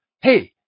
hey